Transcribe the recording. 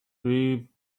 three